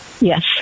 Yes